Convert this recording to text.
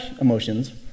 emotions